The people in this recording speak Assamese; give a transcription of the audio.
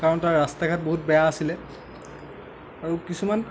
কাৰণ তাৰ ৰাষ্টা ঘাট বহুত বেয়া আছিলে আৰু কিছুমান